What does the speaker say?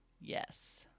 yes